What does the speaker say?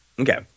Okay